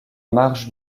marge